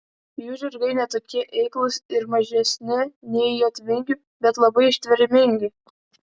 jų žirgai ne tokie eiklūs ir mažesni nei jotvingių bet labai ištvermingi